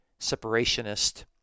separationist